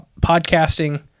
podcasting